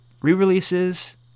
re-releases